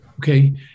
Okay